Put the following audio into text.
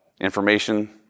information